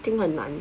think 很难